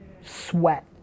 sweat